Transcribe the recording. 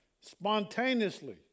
Spontaneously